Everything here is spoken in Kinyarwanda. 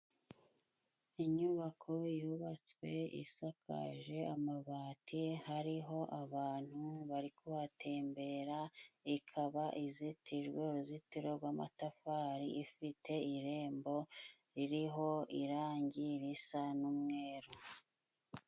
Inyubako yubatswe isakaje amabati. Hariho abantu bari kuhatembera, ikaba izitijwe uruzitiro rw'amatafari ifite irembo ririho irangi risa n'umweru.